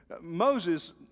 Moses